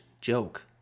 joke